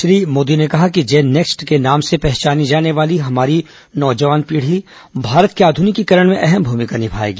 श्री मोदी ने कहा कि जेन नेक्स के नाम से पहचानी जाने वाली हमारी नौजवान पीढ़ी भारत के आध्निकीकरण में अहम भूमिका निभाएगी